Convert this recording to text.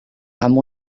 amb